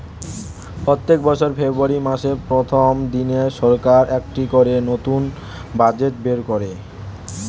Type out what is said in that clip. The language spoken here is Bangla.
প্রত্যেক বছর ফেব্রুয়ারি মাসের প্রথম দিনে সরকার একটা করে নতুন বাজেট বের করে